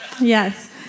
Yes